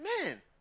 man